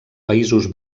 països